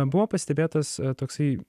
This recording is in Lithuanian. buvo pastebėtas toksai